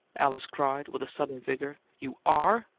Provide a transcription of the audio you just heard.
alice cried, with a sudden vigour. you are?